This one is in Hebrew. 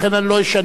לכן אני לא אשנה,